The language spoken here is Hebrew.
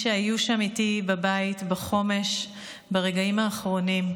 שהיו שם איתי בבית בחומש ברגעים האחרונים,